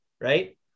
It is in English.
right